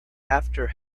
after